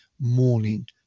morning